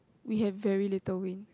we have very little wind